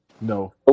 No